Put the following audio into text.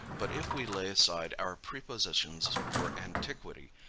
but if we lay aside our prepossessions for antiquity,